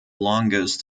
longest